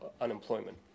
unemployment